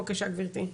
בבקשה, גברתי.